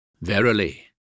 Verily